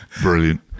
brilliant